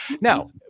Now